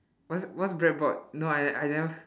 what's what's bread board no I I never